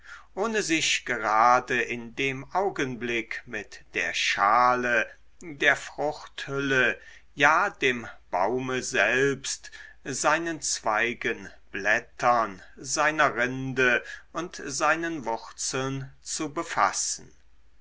ohne sich gerade in dem augenblick mit der schale der fruchthülle ja dem baume selbst seinen zweigen blättern seiner rinde und seinen wurzeln zu befassen